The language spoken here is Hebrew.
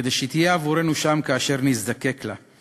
כדי שהיא תהיה עבורנו שם כאשר נזדקק לה.